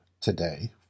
today